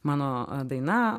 mano daina